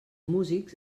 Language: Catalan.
músics